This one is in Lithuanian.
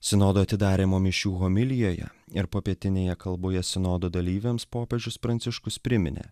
sinodo atidarymo mišių homilijoje ir popietinėje kalboje sinodo dalyviams popiežius pranciškus priminė